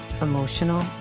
emotional